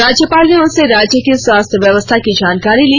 राज्यपाल ने उनसे राज्य की स्वास्थ्य व्यवस्था की जानकारी ली